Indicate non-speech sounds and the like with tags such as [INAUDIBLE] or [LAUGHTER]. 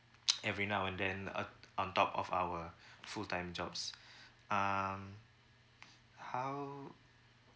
[NOISE] every now and then uh on top of our [BREATH] full time jobs [BREATH] um how